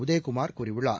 உதயகுமார் கூறியுள்ளார்